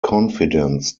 confidence